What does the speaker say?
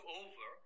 over